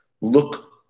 look